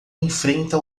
enfrenta